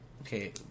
Okay